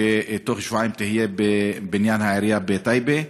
שבתוך שבועיים תהיה בבניין העירייה בטייבה,